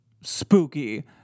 spooky